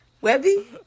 Webby